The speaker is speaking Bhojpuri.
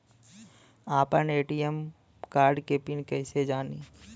आपन ए.टी.एम कार्ड के पिन कईसे जानी?